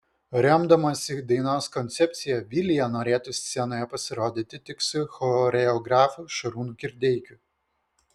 remdamasi dainos koncepcija vilija norėtų scenoje pasirodyti tik su choreografu šarūnu kirdeikiu